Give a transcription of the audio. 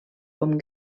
com